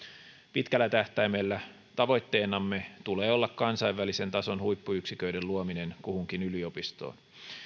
pitkällä tähtäimellä tavoitteenamme tulee olla kansainvälisen tason huippuyksiköiden luominen kuhunkin yliopistoon